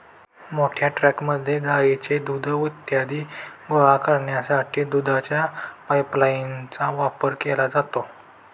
मोठ्या टँकमध्ये गाईचे दूध इत्यादी गोळा करण्यासाठी दुधाच्या पाइपलाइनचा वापर केला जातो